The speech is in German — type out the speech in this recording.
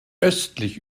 östlich